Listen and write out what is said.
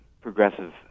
progressive